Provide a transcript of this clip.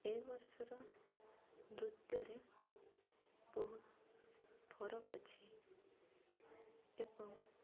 ଏ ବର୍ଷର ନୃତ୍ୟରେ ବହୁତ ଫରକ ଅଛି ଏବଂ